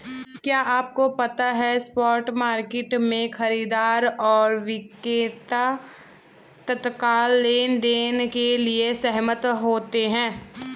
क्या आपको पता है स्पॉट मार्केट में, खरीदार और विक्रेता तत्काल लेनदेन के लिए सहमत होते हैं?